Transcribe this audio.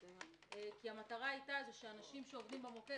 כי המטרה היתה שאנשים שעובדים במוקד,